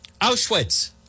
Auschwitz